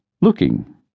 Looking